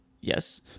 Yes